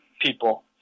people